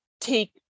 take